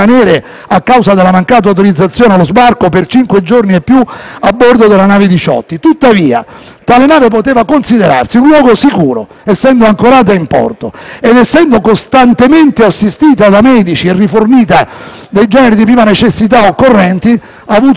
tale nave poteva considerarsi un luogo sicuro, essendo ancorata in porto ed essendo costantemente assistita da medici e rifornita dei generi di prima necessità occorrenti, quindi con le tutele necessarie. Va inoltre menzionato che alcuni immigrati che erano in precarie condizioni